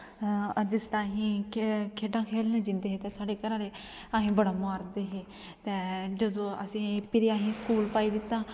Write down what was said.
जिसलै असें ई खेढां खेलनै ई जंदे हे तां साढ़े घर आह्ले असें ई बड़ा मारदे हे ते जदूं असें फिरी असें स्कूल पाई दित्ता